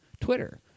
Twitter